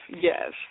yes